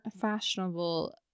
fashionable